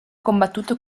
combattuto